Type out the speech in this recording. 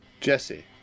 Jesse